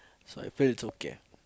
so I feel it's okay